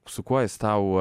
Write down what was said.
su kuo jis tau